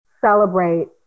celebrate